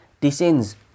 descends